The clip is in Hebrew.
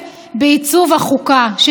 שתדעו, משם השיח התחיל.